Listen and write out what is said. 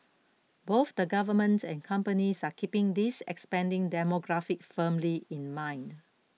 both the government and companies are keeping this expanding demographic firmly in mind